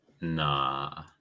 Nah